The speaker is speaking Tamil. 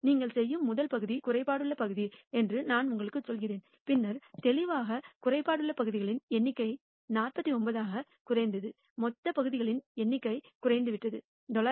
நீங்கள் செய்யும் முதல் பகுதி குறைபாடுள்ள பகுதி என்று நான் உங்களுக்குச் சொல்கிறேன் பின்னர் தெளிவாக குறைபாடுள்ள பகுதிகளின் எண்ணிக்கை 49 ஆக குறைந்து மொத்த பகுதிகளின் எண்ணிக்கை குறைந்துவிட்டது 999